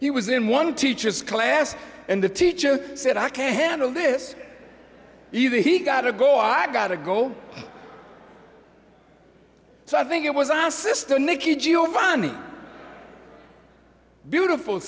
he was in one teacher's class and the teacher said i can't handle this either he gotta go i gotta go so i think it was our sister nikki giovanni beautiful